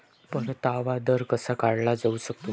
परतावा दर कसा काढला जाऊ शकतो?